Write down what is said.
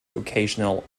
occasional